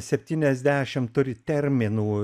septyniasdešimt turi terminų